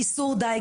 איסור דיג,